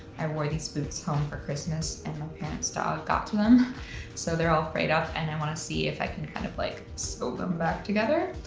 i wore these boots home for christmas and my parents' dog got to them so they're all frayed up, and i wanna see if i can kind of like sew them back together.